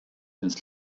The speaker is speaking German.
ins